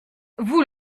vous